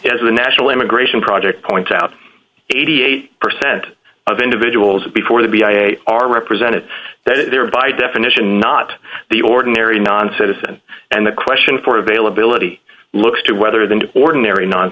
the national immigration project point out eighty eight percent of individuals before the b i are represented that they are by definition not the ordinary non citizen and the question for the bail ability looks to whether than to ordinary non